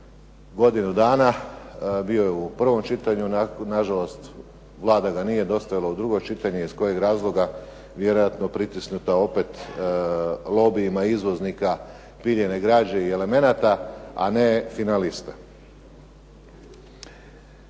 godinu dana. Bio je u prvom čitanju. Na žalost Vlada ga nije dostavila u drugo čitanje. Iz kojeg razloga? Vjerojatno pritisnuta opet lobijima izvoznika piljene građe i elemenata, a ne finalista.